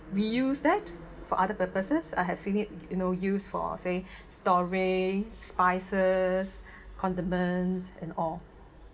we use that for other purposes I had seen it you know use for say storing spices condiments and all